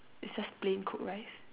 is just plain cooked rice